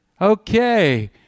okay